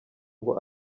ngo